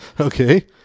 okay